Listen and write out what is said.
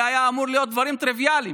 זה היה אמור להיות דברים טריוויאליים.